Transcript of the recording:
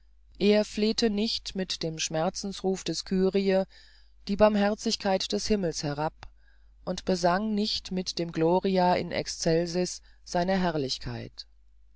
er flehte nicht mit dem schmerzensruf des kyrie die barmherzigkeit des himmels herab und besang nicht mit dem gloria in excelsis seine herrlichkeit